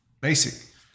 Basic